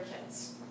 kids